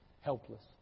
Helpless